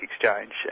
exchange